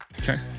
Okay